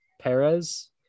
Perez